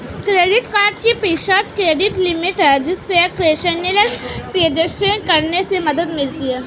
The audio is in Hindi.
क्रेडिट कार्ड की प्रीसेट क्रेडिट लिमिट है, जिससे कैशलेस ट्रांज़ैक्शन करने में मदद मिलती है